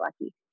lucky